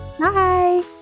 Bye